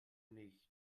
nichts